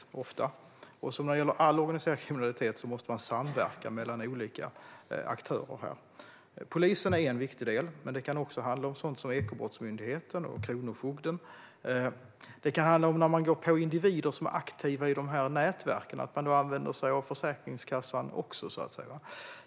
Som när det gäller all organiserad kriminalitet måste man samverka mellan olika aktörer. Polisen är en viktig del, men det kan också handla om sådant som Ekobrottsmyndigheten och Kronofogden. När man går på individer som är aktiva i de här nätverken kan man använda sig av Försäkringskassan.